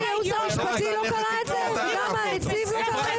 גם הייעוץ המשפטי לא קרא את זה וגם הנציב לא קרא את זה?